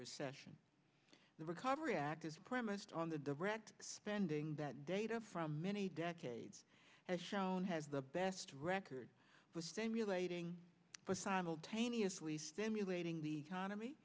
recession the recovery act is premised on the direct spending that data from many decades has shown has the best record for staying relating simultaneously stimulating the economy